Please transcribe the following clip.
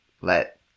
let